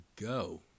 go